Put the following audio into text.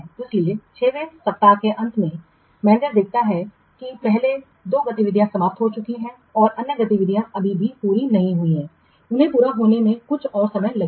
इसलिए 6 वें सप्ताह के अंत में प्रबंधक देखता है कि पहले दो गतिविधियाँ समाप्त हो चुकी हैं और अन्य गतिविधियाँ अभी भी पूरी नहीं हुई हैं उन्हें पूरा होने में कुछ और समय लगेगा